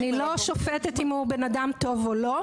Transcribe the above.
--- אני לא שופטת האם הוא בן אדם טוב או לא.